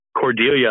Cordelia